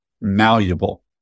malleable